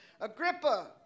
Agrippa